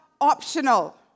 optional